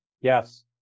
Yes